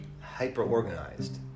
hyper-organized